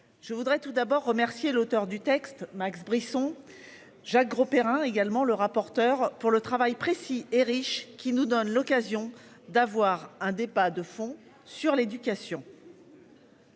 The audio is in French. Je voudrais tout d'abord remercier l'auteur du texte, Max Brisson. Jacques Grosperrin également le rapporteur pour le travail précis et riche qui nous donne l'occasion d'avoir un débat de fond sur l'éducation.